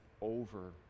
over